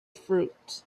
fruit